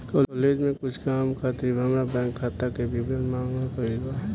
college में कुछ काम खातिर हामार बैंक खाता के विवरण मांगल गइल बा